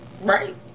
Right